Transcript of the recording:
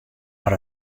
mar